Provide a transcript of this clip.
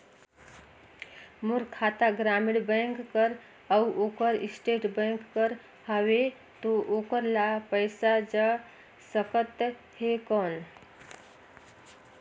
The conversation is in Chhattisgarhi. मोर खाता ग्रामीण बैंक कर अउ ओकर स्टेट बैंक कर हावेय तो ओकर ला पइसा जा सकत हे कौन?